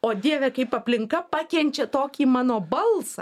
o dieve kaip aplinka pakenčia tokį mano balsą